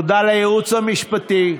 תודה לייעוץ המשפטי,